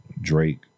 Drake